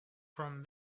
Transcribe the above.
from